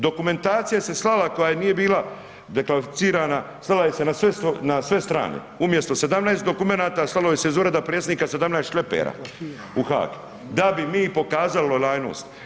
Dokumentacija se slala koja nije bila deklasificirana, slala se na sve strane, umjesto 17 dokumenata, slalo se iz Ureda predsjednika 17 šlepera u Haag da bi mi pokazali lojalnost.